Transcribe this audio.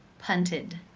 punted.